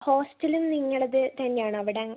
ഹോസ്റ്റലും നിങ്ങളുടേത് തന്നെ ആണോ അവിടെ